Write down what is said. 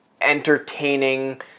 entertaining